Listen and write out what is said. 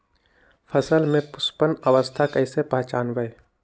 फसल में पुष्पन अवस्था कईसे पहचान बई?